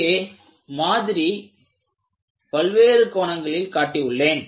ஒரே மாதிரி இங்கே பல்வேறு கோணங்களில் காட்டி உள்ளேன்